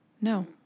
No